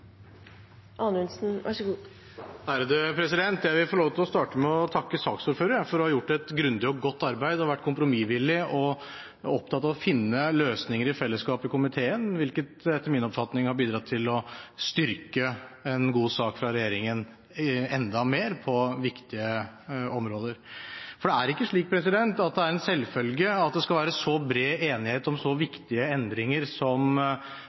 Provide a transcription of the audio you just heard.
Jeg vil få lov til å starte med å takke saksordføreren for å ha gjort et grundig og godt arbeid og for å ha vært kompromissvillig og opptatt av å finne løsninger i fellesskap i komiteen, hvilket etter min oppfatning har bidratt til å styrke en god sak fra regjeringen enda mer på viktige områder. For det er ikke slik at det er en selvfølge at det skal være så bred enighet om så viktige endringer som